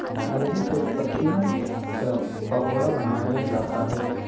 अरबी के पत्तिवन क पकोड़ा बनाया जाता है